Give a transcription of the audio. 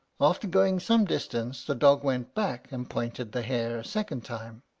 after going some distance, the dog went back and pointed the hare a second time.